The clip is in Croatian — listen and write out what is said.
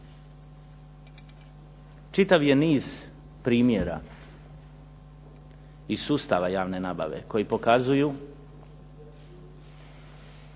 Čitav je niz primjera iz sustava javne nabave koji pokazuju,